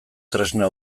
tresna